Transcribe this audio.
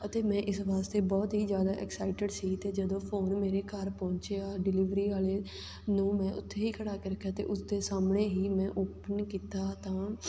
ਅਤੇ ਮੈਂ ਇਸ ਵਾਸਤੇ ਬਹੁਤ ਹੀ ਜ਼ਿਆਦਾ ਐਕਸਾਈਟਿਡ ਸੀ ਅਤੇ ਜਦੋਂ ਫ਼ੋਨ ਮੇਰੇ ਘਰ ਪਹੁੰਚਿਆ ਡਿਲੀਵਰੀ ਵਾਲੇ ਨੂੰ ਮੈਂ ਉੱਥੇ ਹੀ ਖੜ੍ਹਾ ਕੇ ਰੱਖਿਆ ਅਤੇ ਉਸਦੇ ਸਾਹਮਣੇ ਹੀ ਮੈਂ ਓਪਨ ਕੀਤਾ ਤਾਂ